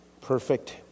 perfect